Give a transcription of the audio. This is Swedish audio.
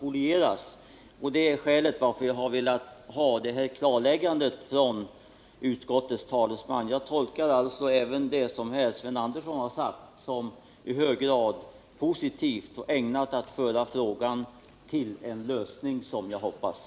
Detta är alltså skälet till att jag velat få ett klarläggande av utskottets talesman. Jag tolkar det som Sven Andersson i Örebro nu har sagt som i hög grad positivt, och jag hoppas att det är ägnat att föra frågan till en lösning.